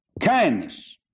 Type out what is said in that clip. Kindness